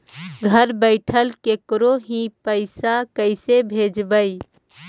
घर बैठल केकरो ही पैसा कैसे भेजबइ?